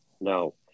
no